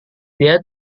dia